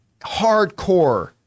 Hardcore